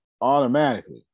automatically